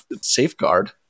safeguard